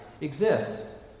exists